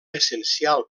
essencial